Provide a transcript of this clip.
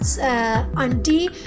auntie